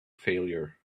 failure